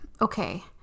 Okay